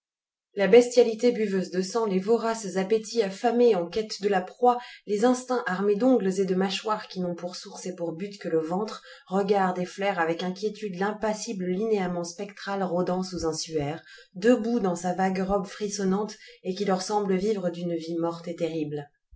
la bestialité buveuse de sang les voraces appétits affamés en quête de la proie les instincts armés d'ongles et de mâchoires qui n'ont pour source et pour but que le ventre regardent et flairent avec inquiétude l'impassible linéament spectral rôdant sous un suaire debout dans sa vague robe frissonnante et qui leur semble vivre d'une vie morte et terrible